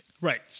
Right